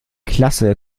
klasse